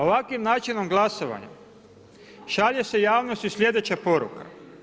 Ovakvim načinom glasovanja šalje se javnosti sljedeća poruka.